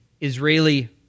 Israeli